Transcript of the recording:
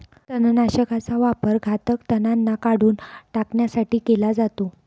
तणनाशकाचा वापर घातक तणांना काढून टाकण्यासाठी केला जातो